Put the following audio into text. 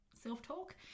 self-talk